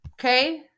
Okay